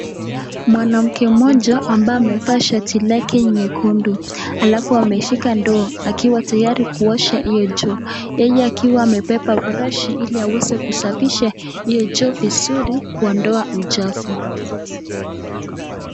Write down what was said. Mwanamke mmoja ambaye amevaa shati lake nyekundu alafu ameshika ndoo akiwa tayari kuosha hiyo choo yenye akiwa amebeba brashi ili aweze kusafisha hiyo choo vizuri kuondoa uchafu.